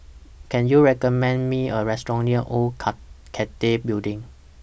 Can YOU recommend Me A Restaurant near Old Cathay Building